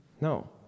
No